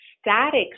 static